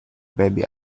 babies